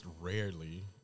Rarely